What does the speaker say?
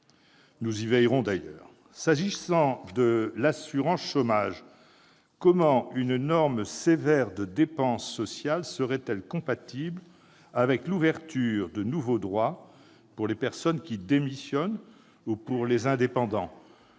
Nous y veillerons. S'agissant de l'assurance-chômage, comment une norme sévère de dépenses sociales sera-t-elle compatible avec l'ouverture de nouveaux droits pour les personnes qui démissionnent ou pour les indépendants ?